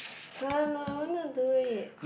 [huh] no I wanted to do it